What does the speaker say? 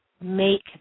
make